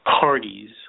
parties